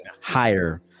higher